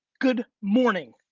good morning.